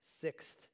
sixth